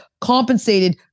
compensated